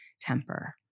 temper